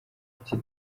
ati